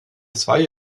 zwei